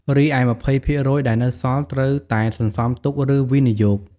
រីឯ ២០% ដែលនៅសល់ ត្រូវតែសន្សំទុក ឬវិនិយោគ។